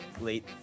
late